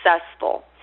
successful